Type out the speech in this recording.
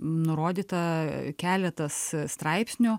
nurodyta keletas straipsnių